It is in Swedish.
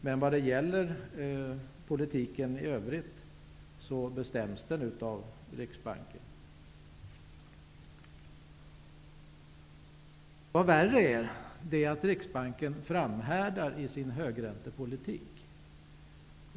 Men politiken i övrigt bestäms av Riksbanken. Vad värre är, är att Riksbanken framhärdar i sin högräntepolitik.